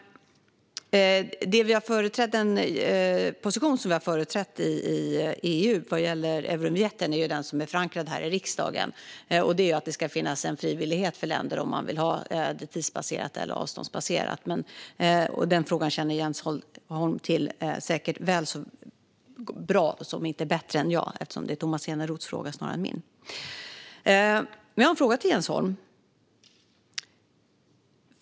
Den position som vi har företrätt i EU vad gäller Eurovinjetten är den som är förankrad här i riksdagen, och det är att det ska finnas en frivillighet för länderna gällande om man vill ha det tids eller avståndsbaserat. Den frågan känner Jens Holm till väl så bra om inte bättre än jag; det här är Tomas Eneroths fråga snarare än min. Jag har en fråga till Jens Holm.